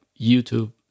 YouTube